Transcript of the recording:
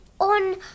on